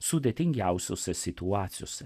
sudėtingiausiose situacijose